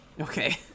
okay